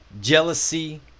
jealousy